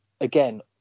again